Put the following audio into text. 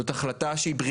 שוב תודה,